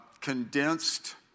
condensed